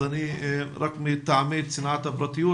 אז אני רק מטעמי צנעת הפרטיות,